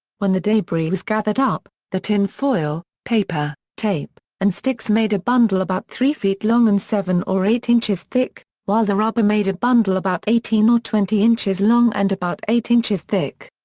when the debris was gathered up, the tinfoil, paper, tape, and sticks made a bundle about three feet long and seven or eight inches thick, while the rubber made a bundle about eighteen or twenty inches long and about eight inches thick.